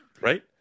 Right